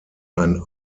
ein